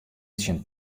tsjin